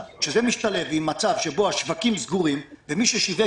כשזה משתלב עם מצב שבו השווקים סגורים ומי ששיווק